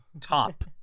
Top